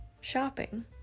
shopping